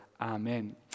Amen